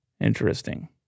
Interesting